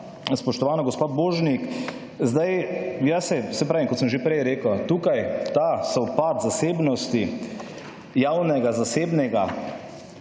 spoštovana gospa Božnik, zdaj, jaz vem, saj pravim, kot sem že prej rekel, tukaj ta sovpad zasebnosti, javnega zasebnega,